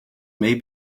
may